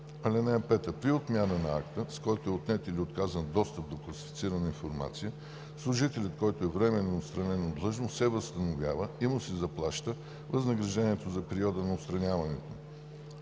ал. 5: „(5) При отмяна на акта, с който е отнет или отказан достъп до класифицирана информация, служителят, който е временно отстранен от длъжност, се възстановява и му се заплаща възнаграждението за периода на отстраняването.